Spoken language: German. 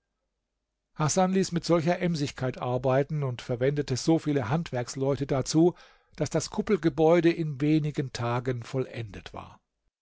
hasan ließ mit solcher emsigkeit arbeiten und verwendete so viele handwerksleute dazu daß das kuppelgebäude in wenigen tagen vollendet war